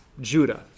Judah